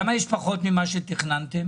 למה יש פחות ממה שתכננתם?